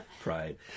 Pride